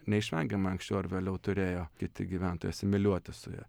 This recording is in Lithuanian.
neišvengiamai anksčiau ar vėliau turėjo kiti gyventojai asimiliuotis su ja